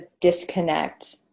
disconnect